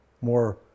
more